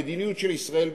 המדיניות של ישראל ביתנו,